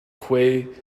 que